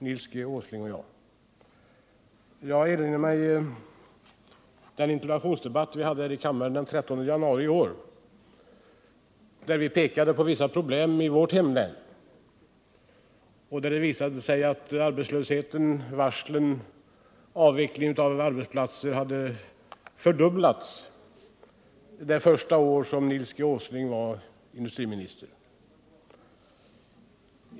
Jag erinrar mig nämligen den interpellationsdebatt vi hade här i kammaren den 13 januari i år. Då pekade jag på vissa problem i mitt hemlän, där det visade sig att arbetslösheten, varslen och avvecklingen av arbetsplatser hade fördubblats det första år som Nils Åsling var industriminister.